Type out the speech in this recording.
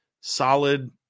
solid